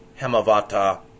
Hemavata